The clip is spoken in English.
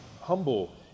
humble